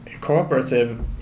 cooperative